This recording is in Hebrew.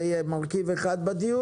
זה יהיה מרכיב אחד בדיון.